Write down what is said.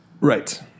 Right